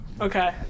Okay